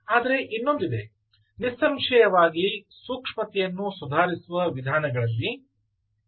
ಆದರೆ ಇನ್ನೊಂದಿದೆ ನಿಸ್ಸಂಶಯವಾಗಿ ಸೂಕ್ಷ್ಮತೆಯನ್ನು ಸುಧಾರಿಸುವ ವಿಧಾನಗಳಲ್ಲಿ ಕೆಲವು ಸಮಸ್ಯೆಗಳಿರಬೇಕು